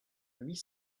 huit